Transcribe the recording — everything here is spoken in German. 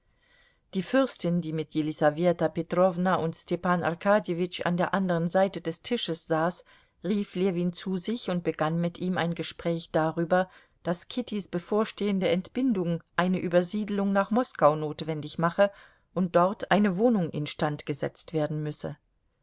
die fürstin die mit jelisaweta petrowna und stepan arkadjewitsch an der andern seite des tisches saß rief ljewin zu sich und begann mit ihm ein gespräch darüber daß kittys bevorstehende entbindung eine übersiedelung nach moskau notwendig mache und dort eine wohnung instand gesetzt werden müsse